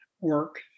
work